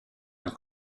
une